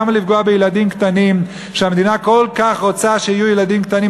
למה לפגוע בילדים קטנים כשהמדינה כל כך רוצה שיהיו ילדים קטנים,